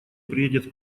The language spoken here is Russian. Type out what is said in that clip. приедет